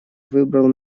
выбрал